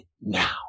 now